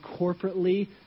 corporately